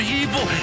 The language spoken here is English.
evil